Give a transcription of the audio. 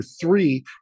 three